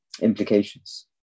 implications